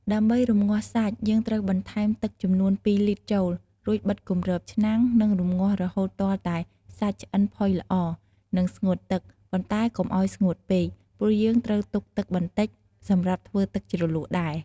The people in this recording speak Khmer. ដើម្បីរម្ងាស់សាច់ យើងត្រូវបន្ថែម ទឹកចំនួន២លីត្រ ចូល រួចបិទគម្របឆ្នាំង និងរម្ងាស់រហូតទាល់តែសាច់ឆ្អិនផុយល្អ និងស្ងួតទឹក ប៉ុន្តែកុំឱ្យស្ងួតពេក ព្រោះយើងត្រូវទុកទឹកបន្តិចសម្រាប់ធ្វើទឹកជ្រលក់ដែរ។